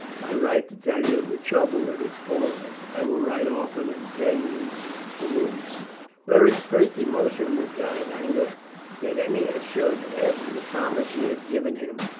i write to tell you of the trouble that has befallen us. i will write often and tell you the news beric's first emotion was that of anger that ennia should, after the promise she had given him,